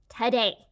today